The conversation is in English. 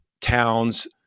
towns